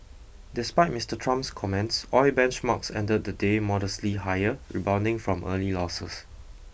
despite Mister Trump's comments oil benchmarks ended the day modestly higher rebounding from early losses